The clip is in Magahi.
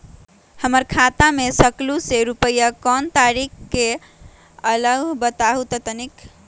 हमर खाता में सकलू से रूपया कोन तारीक के अलऊह बताहु त तनिक?